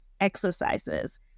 exercises